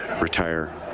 retire